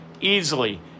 easily